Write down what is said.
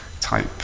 type